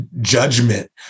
judgment